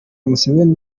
museveni